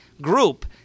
group